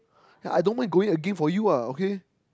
yeah I don't mind going again for you ah okay